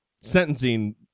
sentencing